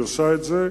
והיא עושה את זה.